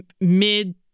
mid